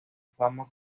fama